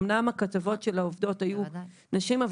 אומנם הכתבות של העובדות היו נשים,